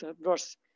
verse